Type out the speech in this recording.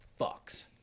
fucks